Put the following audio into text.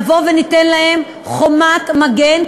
נבוא וניתן להם חומת מגן,